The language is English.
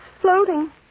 floating